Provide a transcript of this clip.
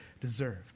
deserved